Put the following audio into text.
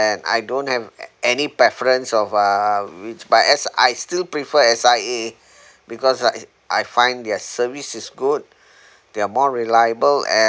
and I don't have any preference of uh which but I still prefer S_I_A because uh I find their service is good they are more reliable